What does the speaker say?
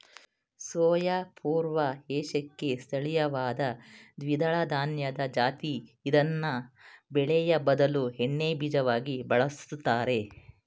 soya ಪೂರ್ವ ಏಷ್ಯಾಕ್ಕೆ ಸ್ಥಳೀಯವಾದ ದ್ವಿದಳಧಾನ್ಯದ ಜಾತಿ ಇದ್ನ ಬೇಳೆಯ ಬದಲು ಎಣ್ಣೆಬೀಜವಾಗಿ ಬಳುಸ್ತರೆ